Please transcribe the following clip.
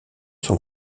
son